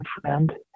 friend